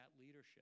leadership